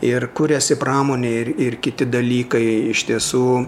ir kuriasi pramonė ir ir kiti dalykai iš tiesų